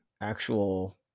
actual